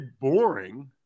boring